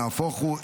נהפוך הוא,